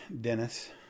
dennis